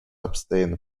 abstain